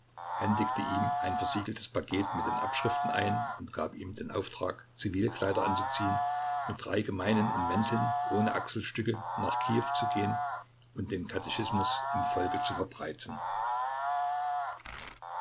händigte ihm ein versiegeltes paket mit den abschriften ein und gab ihm den auftrag zivilkleider anzuziehen mit drei gemeinen in mänteln ohne achselstücke nach kiew zu gehen und den katechismus im volke zu verbreiten